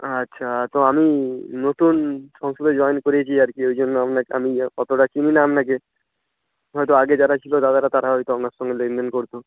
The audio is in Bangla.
আচ্ছা তো আমি নতুন সবে সবে জয়েন করেছি আর কি ওই জন্য আপনাকে আমি অতটা চিনি না আপনাকে হয়তো আগে যারা ছিল তারা হয়তো আপনার সঙ্গে লেনদেন করতো